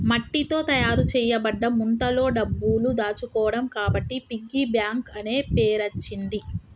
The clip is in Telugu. మట్టితో తయారు చేయబడ్డ ముంతలో డబ్బులు దాచుకోవడం కాబట్టి పిగ్గీ బ్యాంక్ అనే పేరచ్చింది